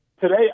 today